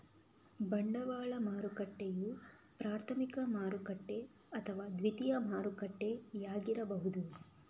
ಬಂಡವಾಳ ಮಾರುಕಟ್ಟೆಯು ಪ್ರಾಥಮಿಕ ಮಾರುಕಟ್ಟೆ ಅಥವಾ ದ್ವಿತೀಯ ಮಾರುಕಟ್ಟೆಯಾಗಿರಬಹುದು